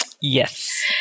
Yes